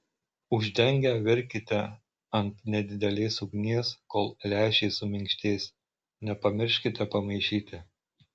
uždengę virkite ant nedidelės ugnies kol lęšiai suminkštės nepamirškite pamaišyti